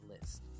list